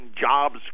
jobs